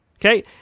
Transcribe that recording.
Okay